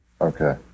Okay